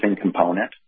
component